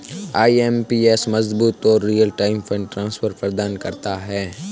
IMPS मजबूत और real time fund transfer प्रदान करता है